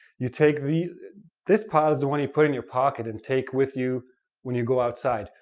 you take the this pile is the one you put in your pocket and take with you when you go outside.